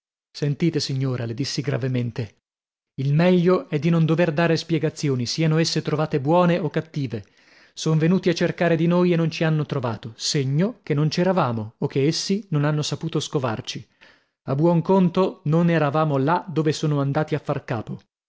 sentite signora le dissi gravemente il meglio è di non dover dare spiegazioni siano esse trovate buone o cattive son venuti a cercare di noi e non ci hanno trovato segno che non c'eravamo o che essi non hanno saputo scovarci a buon conto non eravamo là dove sono andati a far capo